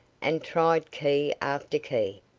and tried key after key,